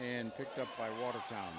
and picked up by water down